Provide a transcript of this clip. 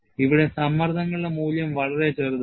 ഇവിടെ സമ്മർദ്ദങ്ങളുടെ മൂല്യം വളരെ ചെറുതാണ്